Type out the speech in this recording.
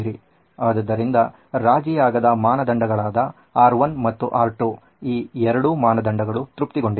ಆದ್ದರಿಂದ ರಾಜಿಯಾಗದ ಮಾನದಂಡಗಳಾದ R1 ಮತ್ತು R2 ಈ ಎರಡು ಮಾನದಂಡಗಳು ತೃಪ್ತಿಗೊಂಡಿದೆ